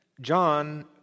John